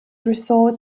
resort